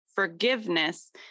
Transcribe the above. forgiveness